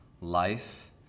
life